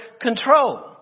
control